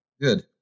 good